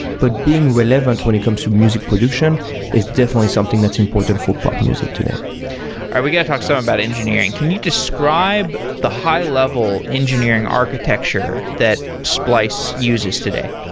but being relevant when it comes to music production is definitely something that's important for pop music today are we going to talk some about engineering. can you describe the high-level engineering architecture that splice uses today?